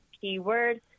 keyword